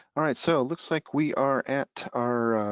alright, so it looks like we are at our